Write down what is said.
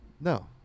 No